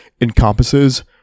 encompasses